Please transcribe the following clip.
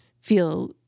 feel